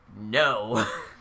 no